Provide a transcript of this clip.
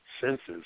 senses